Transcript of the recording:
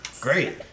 Great